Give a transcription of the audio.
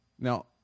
Now